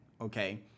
okay